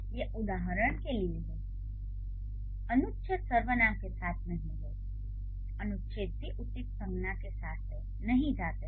ये उदाहरण के लिए हैं अनुच्छेद सर्वनाम के साथ नहीं हैं अनुच्छेद भी उचित संज्ञा के साथ नहीं जाते हैं